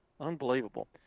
unbelievable